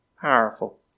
powerful